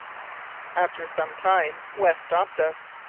after some time, west stopped us.